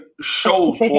shows